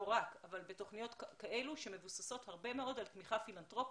לא רק בתוכניות כאלה שמבוססות הרבה מאוד על תמיכה פילנתרופית